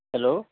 hello